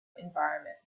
environment